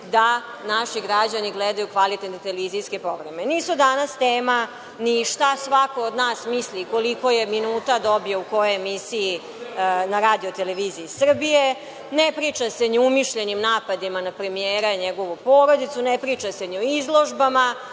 da naši građani gledaju kvalitetne televizijske programe. Nisu danas tema ni šta svako od nas misli koliko je minuta dobio u kojoj emisiji na RTS, ne priča se ni o umišljenim napadima na premijera i njegovu porodicu, ne priča se ni o izložbama,